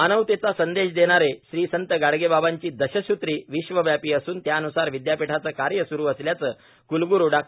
मानवतेचा संदेश देणारी श्री संत गाडगे बाबांची दशसूत्री विश्वव्यापी असून त्यान्सार विद्यापीठाचे कार्य सुरू असल्याचे क्लग्रू डॉ